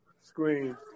screen